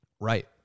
Right